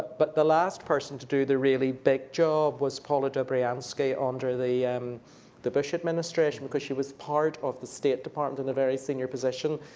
but the last person to do the really big job was paula dobrianski, under the um the bush administration, because she was part of the state department in a very senior position,